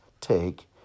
Take